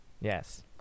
Yes